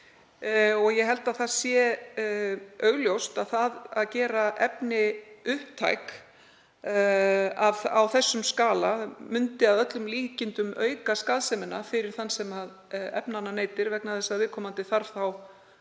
Ég held að það sé augljóst að það að gera efni upptæk á þessum skala myndi að öllum líkindum auka skaðsemina fyrir þann sem efnanna neytir vegna þess að viðkomandi þarf þá